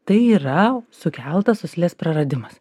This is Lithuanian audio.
tai yra sukeltas uoslės praradimas